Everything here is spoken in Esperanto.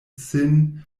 sin